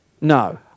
No